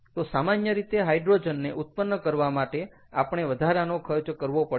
તો સામાન્ય રીતે હાઈડ્રોજનને ઉત્પન્ન કરવા માટે આપણે વધારાનો ખર્ચ કરવો પડે છે